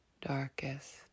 darkest